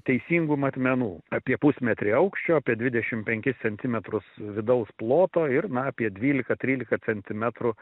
teisingų matmenų apie pusmetrį aukščio apie dvidešimt penkis centimetrus vidaus ploto ir na apie dvylika trylika centimetrų